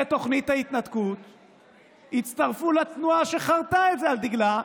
תוכנית ההתנתקות הצטרפו לתנועה שחרתה את זה על דגלה,